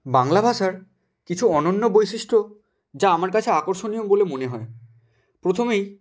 বাংলা ভাষার কিছু অনন্য বৈশিষ্ট্য যা আমার কাছে আকর্ষণীয় বলে মনে হয় প্রথমেই